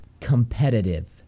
Competitive